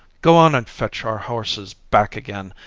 go on and fetch our horses back again.